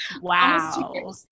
Wow